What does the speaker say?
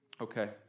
Okay